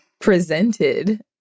presented